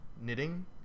knitting